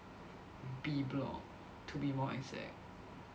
B block to be more exact